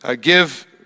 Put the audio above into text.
give